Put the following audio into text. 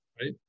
right